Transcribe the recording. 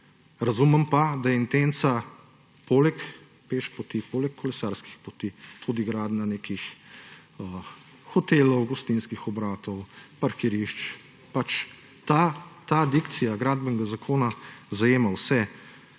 Razumem pa, da intenca poleg pešpoti, poleg kolesarskih poti, tudi gradnja nekih hotelov, gostinskih obratov, parkirišč, da ta dikcija Gradbenega zakona zajema vse.